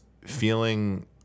feeling